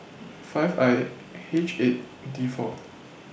five I H eight D four